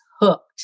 hooked